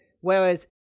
Whereas